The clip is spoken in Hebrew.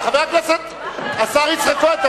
חבר הכנסת השר יצחק כהן,